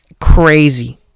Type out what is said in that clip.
Crazy